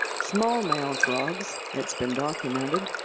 small male frogs, it's been documented,